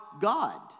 God